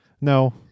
No